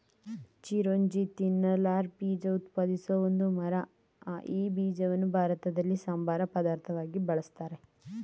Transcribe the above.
ಚಿರೋಂಜಿ ತಿನ್ನಲರ್ಹ ಬೀಜ ಉತ್ಪಾದಿಸೋ ಒಂದು ಮರ ಈ ಬೀಜಗಳನ್ನು ಭಾರತದಲ್ಲಿ ಸಂಬಾರ ಪದಾರ್ಥವಾಗಿ ಬಳುಸ್ತಾರೆ